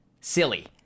silly